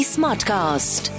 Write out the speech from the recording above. Smartcast